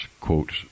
quotes